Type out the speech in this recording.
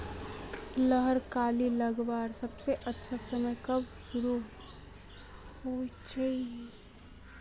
लहर कली लगवार सबसे अच्छा समय कब से शुरू होचए?